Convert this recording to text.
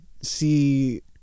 see